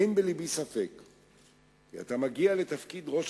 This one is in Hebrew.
אין בלבי ספק כי אתה מגיע לתפקיד ראש